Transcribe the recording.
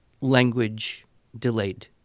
language-delayed